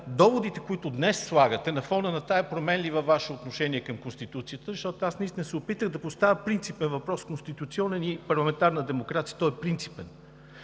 доводите, които днес слагате на фона на това променливо Ваше отношение към Конституцията, защото аз наистина се опитах да поставя принципен въпрос – конституционен, и парламентарна демокрация, той е принципен,